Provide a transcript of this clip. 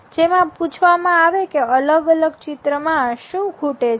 જેમાં પૂછવામાં આવે કે અલગ અલગ ચિત્ર માં શુ ખૂટે છે